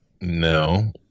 No